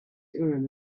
urim